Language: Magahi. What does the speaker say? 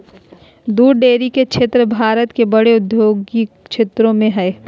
दूध डेरी के क्षेत्र भारत के बड़े औद्योगिक क्षेत्रों में हइ